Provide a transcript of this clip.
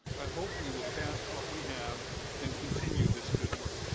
i hope we will pass what we have and continued this good work.